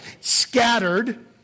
scattered